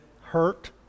hurt